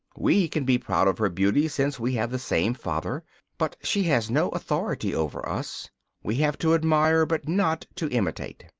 we can be proud of her beauty, since we have the same father but she has no authority over us we have to admire, but not to imitate.